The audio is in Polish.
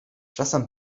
czasem